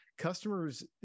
Customers